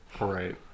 Right